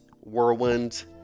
whirlwind